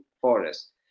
forests